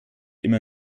immer